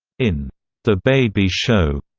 in the baby show,